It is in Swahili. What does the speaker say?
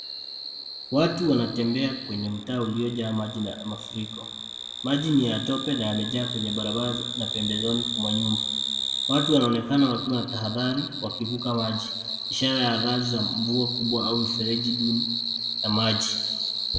Watu wanatembea kwenye mtaa uliojaa maji na mafuriko. Maji ni ya tope na yamejaa kwenye barabara na pembezoni mwa nyumba. Watu wanaonekana wakiwa na tahadhari wakivuka maji ishara ya athari za mvua kubwa au mifereji duni ya maji.